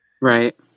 Right